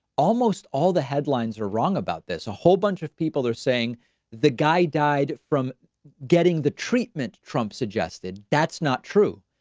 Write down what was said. almost all the headlines are wrong about this. a whole bunch of people are saying the guy died from getting the treatment. trump suggested that's not true.